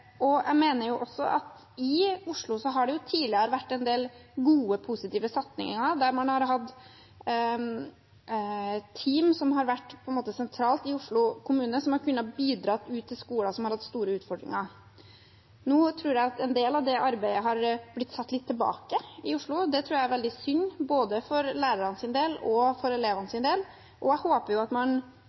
Jeg mener også at det i Oslo tidligere har vært en del gode, positive satsinger der man har hatt team sentralt i Oslo kommune som har kunnet bidra i skoler som har hatt store utfordringer. Nå tror jeg at en del av det arbeidet er blitt satt litt tilbake i Oslo. Det tror jeg er veldig synd for både lærernes og elevenes del, og jeg håper man kan få tilbake noe av systematikken i det arbeidet. Det tror jeg er viktig også for å forebygge vold og